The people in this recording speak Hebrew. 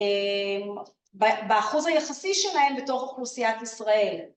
באחוז היחסי שלהם בתוך אוכלוסיית ישראל